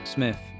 Smith